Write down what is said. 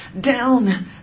down